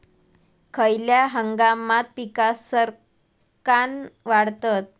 खयल्या हंगामात पीका सरक्कान वाढतत?